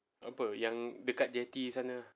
apa yang dekat jetty